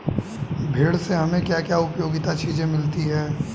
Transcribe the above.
भेड़ से हमें क्या क्या उपयोगी चीजें मिलती हैं?